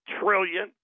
trillion